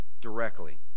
directly